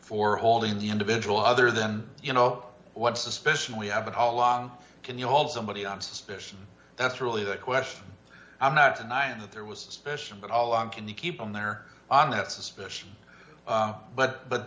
for holding the individual other than you know what suspicion we have been all along can you hold somebody on suspicion that's really the question i'm not denying that there was suspicion but all along can you keep him there on that suspicion but but